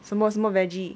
什么什么 vege~